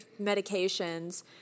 medications